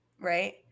right